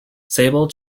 sable